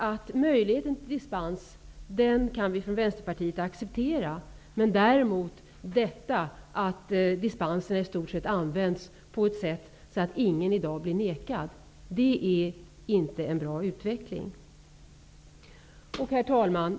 Vi i Vänsterpartiet kan acceptera möjligheten till att ge dispens. Men att dispenser används på ett sätt så att ingen blir nekad är inte en bra utveckling. Herr talman!